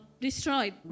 destroyed